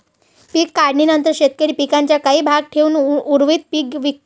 पीक काढणीनंतर शेतकरी पिकाचा काही भाग ठेवून उर्वरित पीक विकतो